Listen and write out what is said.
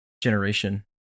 generation